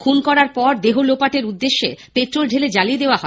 খুন করার পর দেহ লোপাটের উদ্দেশে পেট্রোল ঢেলে জ্বালিয়ে দেওয়া হয়